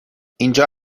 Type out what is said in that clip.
اینجا